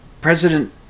President